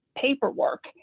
paperwork